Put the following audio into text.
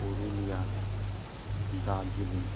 Purulia Darjeeling